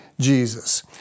Jesus